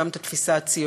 גם את התפיסה הציונית,